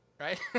right